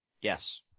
Yes